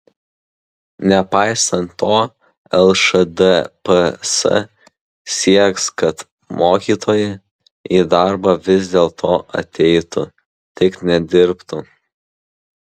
nepaisant to lšdps sieks kad mokytojai į darbą vis dėlto ateitų tik nedirbtų